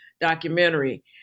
documentary